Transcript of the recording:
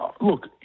Look